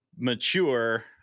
mature